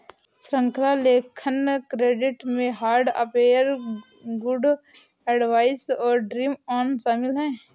श्रृंखला लेखन क्रेडिट में हार्ट अफेयर, गुड एडवाइस और ड्रीम ऑन शामिल हैं